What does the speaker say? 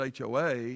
HOA